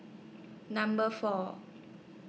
Number four